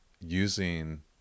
using